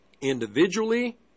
Individually